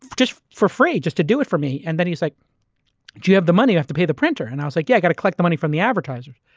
just for free, just to do it for me. and he's like, do you have the money? you have to pay the printer. and i was like, yeah, i got to collect the money from the advertiser.